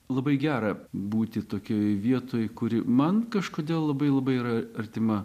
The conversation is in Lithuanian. labai gera būti tokioj vietoj kuri man kažkodėl labai labai yra artima